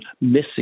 missing